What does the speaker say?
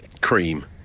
Cream